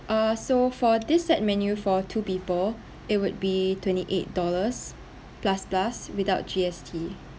uh so for this set menu for two people it would be twenty eight dollars plus plus without G_S_T